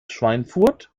schweinfurt